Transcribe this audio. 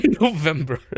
november